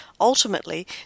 Ultimately